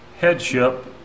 headship